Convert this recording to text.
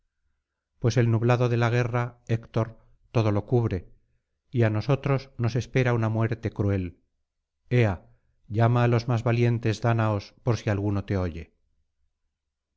pues el nublado de la guerra héctor todo lo cubre y á nosotros nos espera una muerte cruel ea llama á los más valientes dáñaos por si alguno te oye